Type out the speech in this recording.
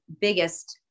biggest